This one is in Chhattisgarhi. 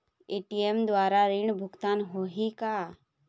ए.टी.एम द्वारा ऋण भुगतान होही का?